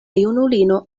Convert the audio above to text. junulino